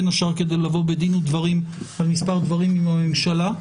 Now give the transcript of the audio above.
בין השאר כדי לבוא בדין ודברים במספר דברים עם הממשלה,